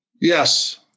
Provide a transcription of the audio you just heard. Yes